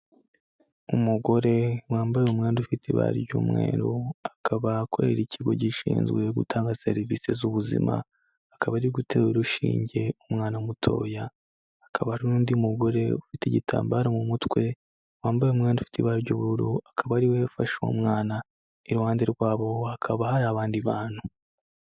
Umugore wambaye umwenda ufite ibara ry'umweru akaba akorera ikigo gishinzwe gutanga serivisi z'ubuzima, akaba ari gutera urushinge umwana mutoya, hakaba hari n'undi mugore ufite igitambaro mu mutwe wambaye umwenda ufite ibara ry'ubururu akaba ari we ufashe uwo mwana, iruhande rwabo hakaba hari abandi bantu.